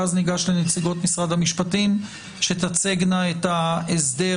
ואז ניגש לנציגות משרד המשפטים שיציגו את ההסדר